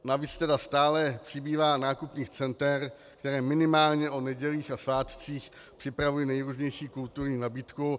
Navíc tedy stále přibývá nákupních center, která minimálně o nedělích a svátcích připravují nejrůznější kulturní nabídku.